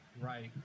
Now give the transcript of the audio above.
Right